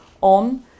on